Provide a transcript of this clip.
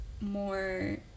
more